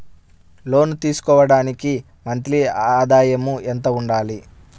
లోను తీసుకోవడానికి మంత్లీ ఆదాయము ఎంత ఉండాలి?